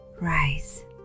rise